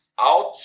out